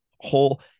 whole